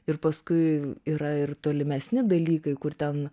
ir paskui yra ir tolimesni dalykai kur ten